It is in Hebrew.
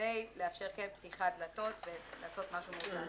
כדי לאפשר פתיחת דלתות ולעשות משהו מאוזן.